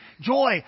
joy